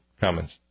comments